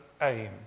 aim